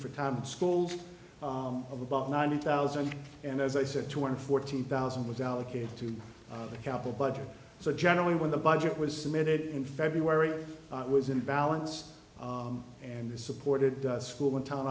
for time schools of about ninety thousand and as i said two hundred fourteen thousand with allocated to the capital budget so generally when the budget was submitted in february it was in balance and they supported school in town